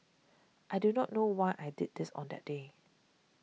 I do not know why I did this on that day